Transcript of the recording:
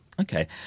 Okay